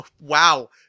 Wow